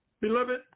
Beloved